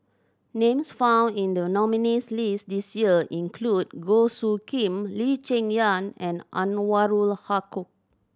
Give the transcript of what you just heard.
names found in the nominees' list this year include Goh Soo Khim Lee Cheng Yan and Anwarul Haque